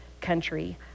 country